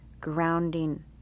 grounding